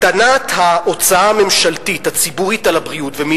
הקטנת ההוצאה הממשלתית הציבורית על הבריאות,